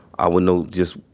i would know just,